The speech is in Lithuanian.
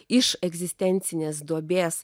iš egzistencinės duobės